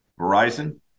Verizon